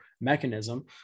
mechanism